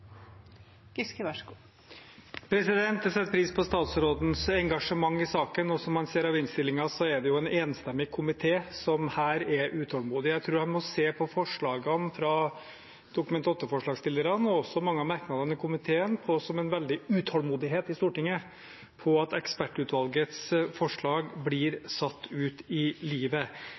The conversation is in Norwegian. det en enstemmig komité som her er utålmodig. Jeg tror han må se på forslagene fra Dokument 8-forslagsstillerne og også mange av merknadene fra komiteen som veldig utålmodighet fra Stortinget når det gjelder at ekspertutvalgets forslag blir satt ut i livet.